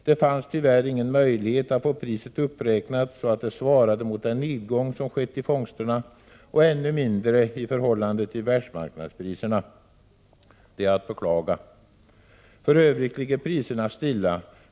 Det fanns tyvärr ingen möjlighet att få priset uppräknat så att det svarade mot den nedgång som skett i fångsterna och ännu mindre i förhållande till världsmarknadspriserna. Det är att beklaga. För övrigt ligger priserna stilla.